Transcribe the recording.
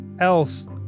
Else